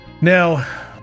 Now